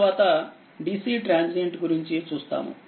ఈ అంశం తర్వాత DC ట్రాన్సియెంట్ గురించి చూస్తాము